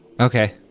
Okay